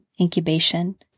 incubation